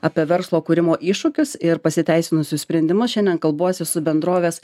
apie verslo kūrimo iššūkius ir pasiteisinusius sprendimus šiandien kalbuosi su bendrovės